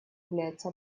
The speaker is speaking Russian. является